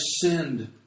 sinned